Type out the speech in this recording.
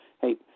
hey